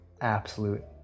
absolute